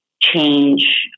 change